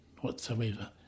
whatsoever